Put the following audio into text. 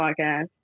podcast